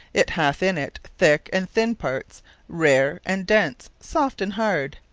it hath in it, thick, and thinne parts rare, and dense soft, and hard.